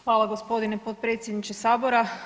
Hvala gospodine potpredsjedniče sabora.